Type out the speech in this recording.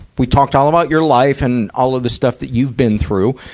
we talked all about your life and all of the stuff that you've been through.